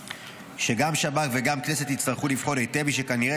שגם שב"כ וגם כנסת יצטרכו לבחון היטב שכנראה